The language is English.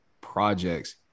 projects